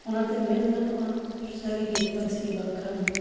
ᱚᱱᱟᱛᱮ ᱢᱮᱱ ᱜᱟᱱᱚᱜᱼᱟ ᱥᱟᱹᱨᱤᱜᱮ ᱯᱟᱹᱨᱥᱤ ᱵᱟᱝᱠᱷᱟᱱ